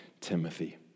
Timothy